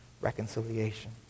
reconciliation